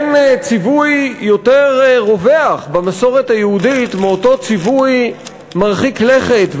אין ציווי יותר רווח במסורת היהודית מאותו ציווי מרחיק לכת,